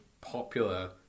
popular